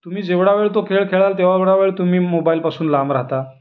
तुमी जेवढा वेळ तो खेळ खेळाल तेवढा वेळ तुम्ही मोबाइलपासून लांब राहता